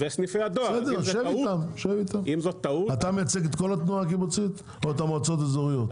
אתה מייצג את כל התנועה הקיבוצית או את המועצות האזוריות?